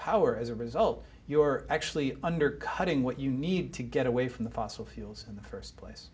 power as a result you're actually undercutting what you need to get away from the fossil fuels in the first place